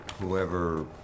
Whoever